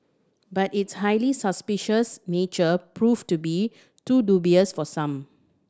but its highly suspicious nature proved to be too dubious for some